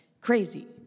crazy